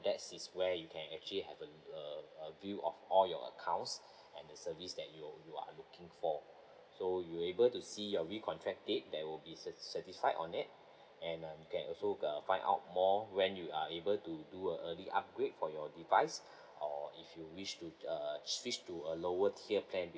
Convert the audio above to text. that is where you can actually have a a a view of all your accounts and the service that you you are looking for so you able to see your re-contract date there will be sa~ satisfy on it and uh you can also uh find out more when you are able to do a early upgrade for your device or if you wish to err switch to a lower tier plan